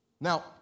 Now